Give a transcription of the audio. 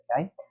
okay